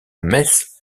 metz